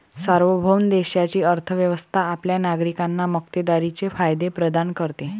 सार्वभौम देशाची अर्थ व्यवस्था आपल्या नागरिकांना मक्तेदारीचे फायदे प्रदान करते